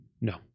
No